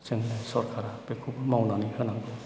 जोंनि सरकारा बेखौ मावनानै होनांगौ